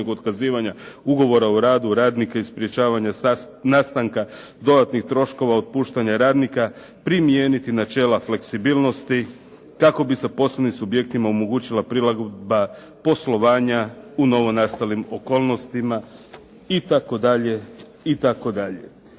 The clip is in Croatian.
ugovora o radu radnika i sprječavanje nastanka dodatnih troškova otpuštanja radnika primijeniti načela fleksibilnosti kako bi se poslovnim subjektima omogućila prilagodba poslovanja u novonastalim okolnostima itd.,